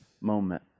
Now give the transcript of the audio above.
moment